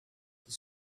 the